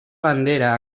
bandera